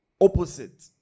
opposite